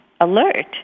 alert